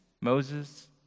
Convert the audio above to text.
Moses